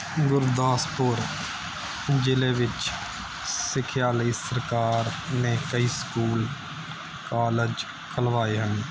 ਗੁਰਦਾਸਪੁਰ ਜ਼ਿਲ੍ਹੇ ਵਿੱਚ ਸਿੱਖਿਆ ਲਈ ਸਰਕਾਰ ਨੇ ਕਈ ਸਕੂਲ ਕਾਲਜ ਖੁੱਲ੍ਹਵਾਏ ਹਨ